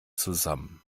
zusammen